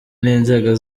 n’inzego